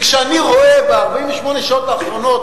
וכשאני רואה ב-48 השעות האחרונות,